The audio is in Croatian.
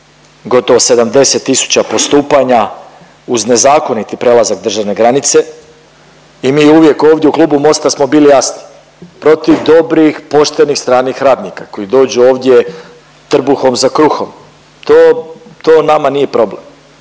gotovo 70 tisuća postupanja uz nezakoniti prelazak državne granice. I mi uvijek ovdje u klubu Mosta smo bili jasni, protiv dobrih, poštenih stranih radnika koji dođu ovdje trbuhom za kruhom to nama nije problem.